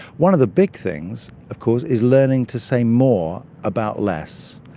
one of the big things of course is learning to say more about less.